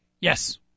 Yes